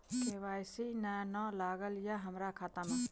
KYC ने न लागल या हमरा खाता मैं?